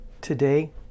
today